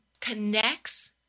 connects